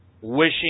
wishing